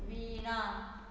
विणा